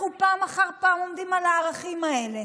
אנחנו פעם אחר פעם עומדים על הערכים האלה,